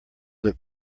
look